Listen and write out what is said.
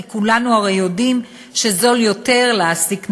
כי כולנו הרי יודעים שזול יותר להעסיק נשים.